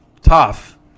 tough